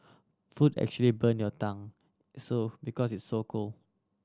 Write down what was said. food actually burn your tongue so because it's so cold